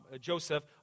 Joseph